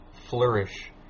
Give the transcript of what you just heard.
Flourish